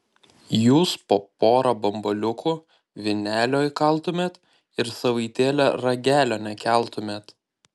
jūs po porą bambaliukų vynelio įkaltumėt ir savaitėlę ragelio nekeltumėt